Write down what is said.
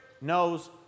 knows